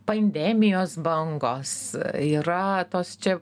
pandemijos bangos yra tos čia